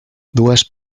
dues